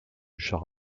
char